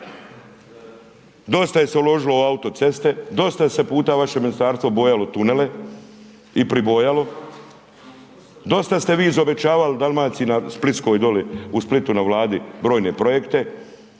dosta se je uložilo u autoceste, dosta se puta vaše ministarstvo bojalo tunele i pribojalo, dosta ste vi izobećavali Dalmaciji na, splitskoj doli, u Splitu na Vladi, brojne projekte,